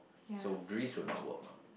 so grease will not work lah